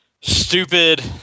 stupid